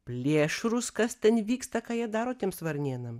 plėšrūs kas ten vyksta ką jie daro tiems varnėnam